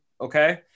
okay